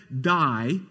die